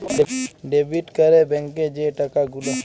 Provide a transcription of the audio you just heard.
debit ক্যরে ব্যাংকে যে টাকা গুলা